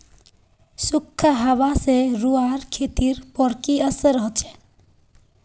सुखखा हाबा से रूआँर खेतीर पोर की असर होचए?